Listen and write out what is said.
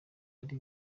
ari